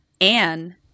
Anne